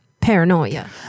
Paranoia